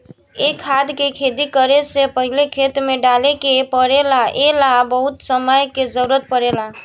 ए खाद के खेती करे से पहिले खेत में डाले के पड़ेला ए ला बहुत समय के जरूरत पड़ेला